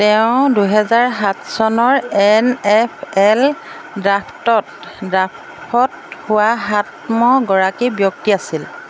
তেওঁ দুহেজাৰ সাত চনৰ এন এফ এল ড্ৰাফটত ড্ৰাফট হোৱা সপ্তম গৰাকী ব্যক্তি আছিল